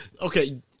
okay